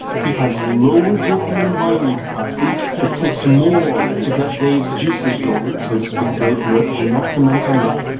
he has lower dopamine binding capacity it takes more to get dave's juices going, so to speak. dave note, do not comment on that,